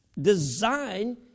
design